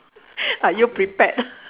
are you prepared